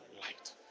Light